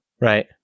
right